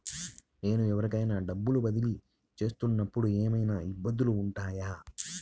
నేను ఎవరికైనా డబ్బులు బదిలీ చేస్తునపుడు ఏమయినా ఇబ్బందులు వుంటాయా?